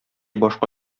башка